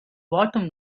bottom